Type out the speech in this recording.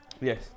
Yes